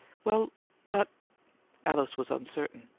well but alice was uncertain.